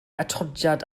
atodiad